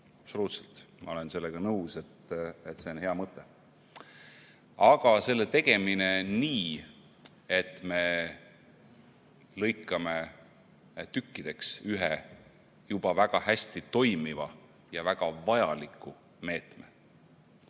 tegemist, ma olen absoluutselt nõus, et see on hea mõte, aga selle tegemine nii, et me lõikame tükkideks teise, juba väga hästi toimiva ja väga vajaliku meetme,